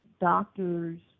doctors